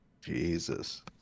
Jesus